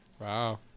Wow